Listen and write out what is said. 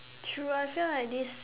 true I feel like this